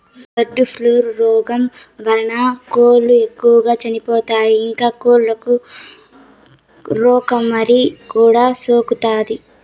bird flu రోగం వలన కోళ్ళు ఎక్కువగా చచ్చిపోతాయి, ఇంకా కోళ్ళకు గోమారి కూడా సోకుతాది